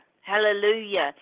Hallelujah